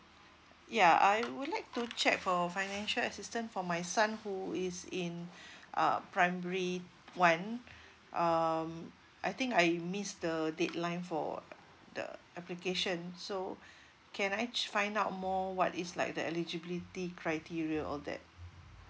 ya I would like to check for financial assistance for my son who is in uh primary one um I think I miss the deadline for the application so can I find out more what is like the eligibility criteria all that